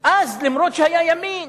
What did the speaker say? היה ימין,